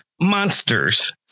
monsters